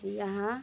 यहाँ